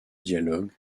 dialogues